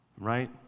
right